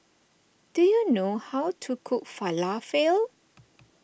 do you know how to cook Falafel